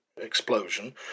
explosion